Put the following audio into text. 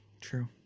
true